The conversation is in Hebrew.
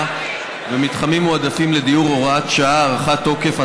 במתחמים מועדפים לדיור (הוראת שעה) (הארכת תוקף),